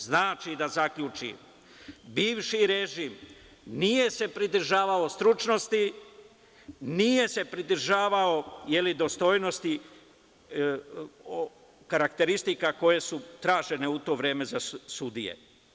Znači, da zaključim, bivši režim nije se pridržavao stručnosti, nije se pridržavao dostojnosti karakteristika koje su tražene u to vreme za sudije.